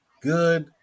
Good